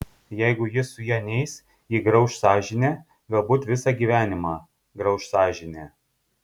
jeigu jis su ja neis jį grauš sąžinė galbūt visą gyvenimą grauš sąžinė